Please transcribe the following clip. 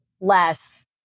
less